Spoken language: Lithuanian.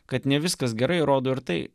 kad ne viskas gerai rodo ir tai